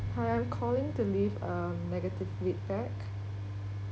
hi I'm calling to leave um negative feedback